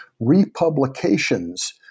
republications